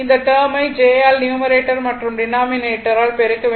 இந்த டேர்மை j ஆல் நியூமரேட்டர் மற்றும் டினாமினேட்டரால் பெருக்க வேண்டும்